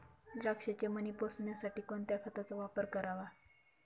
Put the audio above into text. द्राक्षाचे मणी पोसण्यासाठी कोणत्या खताचा वापर करावा?